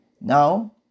Now